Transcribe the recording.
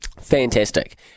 fantastic